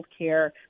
healthcare